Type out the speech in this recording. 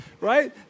Right